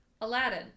Aladdin